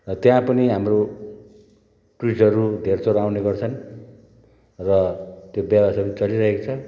र त्याँ पनि हाम्रो टुरिस्टहरू धेरथोर आउने गर्छन् र त्यो व्यवसाय पनि चलिरहेको छ